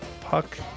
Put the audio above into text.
puck